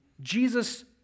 Jesus